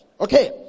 Okay